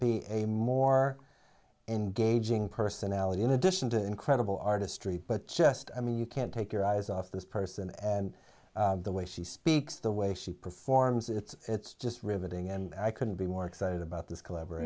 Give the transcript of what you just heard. be a more engaging personality in addition to incredible artistry but just i mean you can't take your eyes off this person and the way she speaks the way she performs it's just riveting and i couldn't be more excited about this